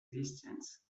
existence